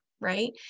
right